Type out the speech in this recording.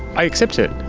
i accept it.